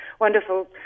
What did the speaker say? wonderful